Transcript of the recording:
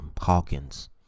Hawkins